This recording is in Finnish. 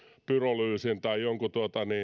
pyrolyysin tai jonkun